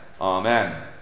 Amen